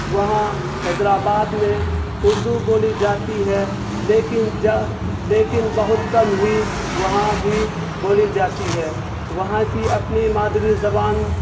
وہاں حیدرآباد میں اردو بولی جاتی ہے لیکن لیکن بہت کم ہی وہاں بھی بولی جاتی ہے وہاں کی اپنی مادری زبان